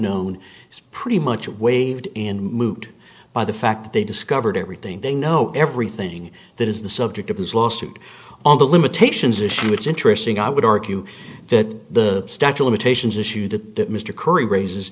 known is pretty much waved in moot by the fact that they discovered everything they know everything that is the subject of his lawsuit on the limitations issue it's interesting i would argue that the statue limitations issue that mr curry raises